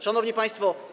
Szanowni Państwo!